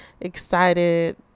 excited